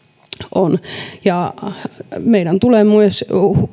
on meidän tulee myös